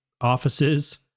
offices